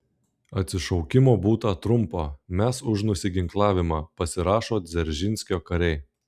atsišaukimo būta trumpo mes už nusiginklavimą pasirašo dzeržinskio kariai